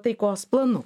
taikos planu